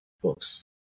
books